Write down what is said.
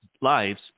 lives